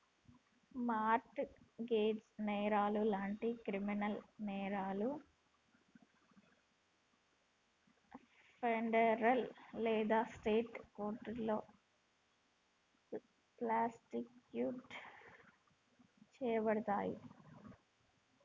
mart gauge నేరాలు లాంటి criminal నేరాలు ఫెడరల్ లేదా స్టేట్ కోర్టులో ప్రాసిక్యూట్ చేయబడతయి